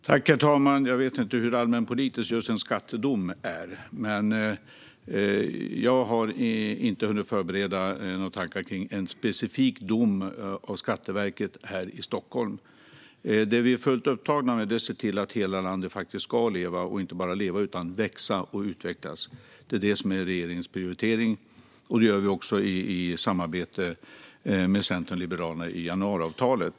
Herr talman! Jag vet inte hur allmänpolitisk en skattedom är. Jag har inte hunnit förbereda några tankar om ett specifikt beslut av Skatteverket här i Stockholm. Vi är däremot fullt upptagna med att se till att hela landet ska leva, och inte bara leva utan också växa och utvecklas. Detta är regeringens prioritering. Det här gör vi i samarbete med Centern och Liberalerna genom januariavtalet.